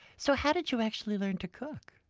so how did you actually learn to cook?